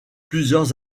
plusieurs